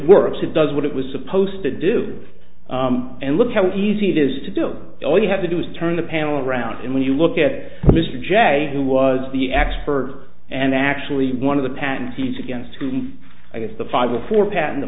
works it does what it was supposed to do and look how easy it is to do it all you have to do is turn the panel around and when you look at mr jag who was the expert and actually one of the panties against whom i guess the five were for pat